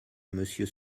monsieur